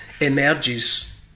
emerges